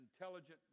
intelligent